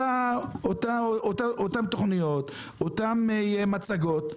אותן תוכניות, אותן מצגות,